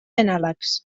anàlegs